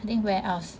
then where else